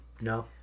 No